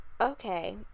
Okay